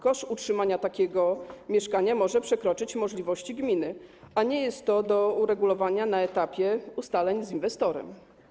Koszt utrzymania takiego mieszkania może przekroczyć możliwości gminy, a nie jest to do uregulowania na etapie ustaleń z inwestorem.